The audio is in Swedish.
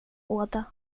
båda